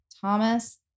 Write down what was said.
Thomas